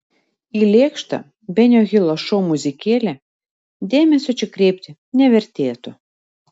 į lėkštą benio hilo šou muzikėlę dėmesio čia kreipti nevertėtų